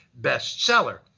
bestseller